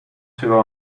two